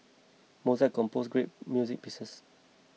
Mozart composed great music pieces